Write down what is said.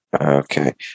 Okay